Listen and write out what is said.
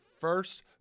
first